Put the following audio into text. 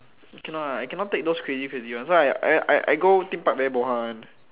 I cannot lah I cannot take those crazy crazy one so I I I go theme park very bo hua one